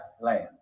land